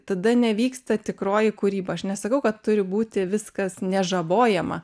tada nevyksta tikroji kūryba aš nesakau kad turi būti viskas nežabojama